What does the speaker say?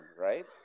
right